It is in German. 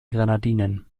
grenadinen